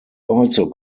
also